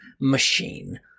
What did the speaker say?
machine